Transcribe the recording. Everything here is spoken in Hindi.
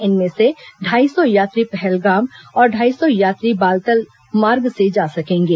इनमें से ढाई सौ यात्री पहलगाम और ढाई सौ यात्री बालतल मार्ग से जा सकेंगे